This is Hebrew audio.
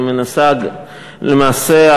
למעשה,